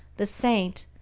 the saint,